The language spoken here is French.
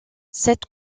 cette